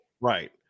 Right